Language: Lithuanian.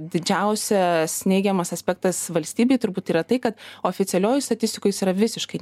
didžiausias neigiamas aspektas valstybėj turbūt yra tai ka oficialioj statistikoj jis yra visiškai